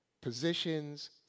positions